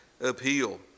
appeal